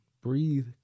breathe